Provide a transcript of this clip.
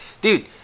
Dude